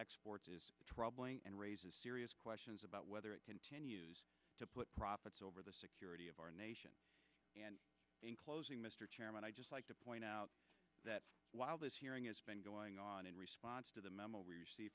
exports is troubling and raises serious questions about whether it continues to put profits over the security of our nation and in closing mr chairman i just like to point out that while this hearing is going on in response to the memo